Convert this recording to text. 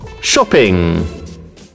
Shopping